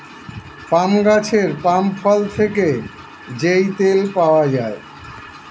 পাম গাছের পাম ফল থেকে যেই তেল পাওয়া যায়